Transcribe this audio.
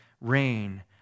rain